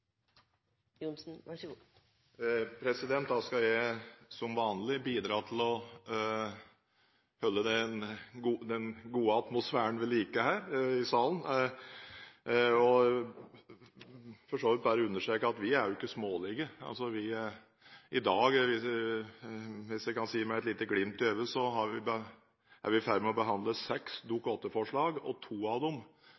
skal jeg, som vanlig, bidra til å holde den gode atmosfæren ved like her i salen! Jeg vil for så vidt bare understreke at vi er jo ikke smålige. I dag er vi – hvis jeg skal si det med et lite glimt i øyet – i ferd med å behandle seks